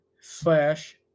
slash